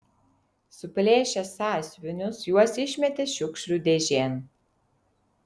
suplėšę sąsiuvinius juos išmetė šiukšlių dėžėn